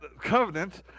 covenant